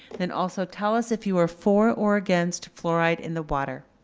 then also tell us if you're for or against fluoride in the water.